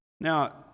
Now